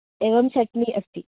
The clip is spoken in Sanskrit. एवं चट्नी अस्ति